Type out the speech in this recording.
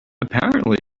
apparently